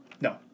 No